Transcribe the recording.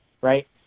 right